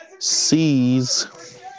Sees